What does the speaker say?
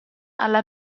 alla